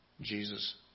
Jesus